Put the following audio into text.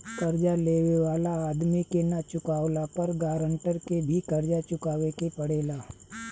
कर्जा लेवे वाला आदमी के ना चुकावला पर गारंटर के भी कर्जा चुकावे के पड़ेला